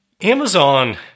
Amazon